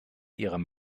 ihrem